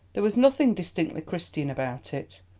there was nothing distinctively christian about it,